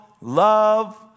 love